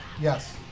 yes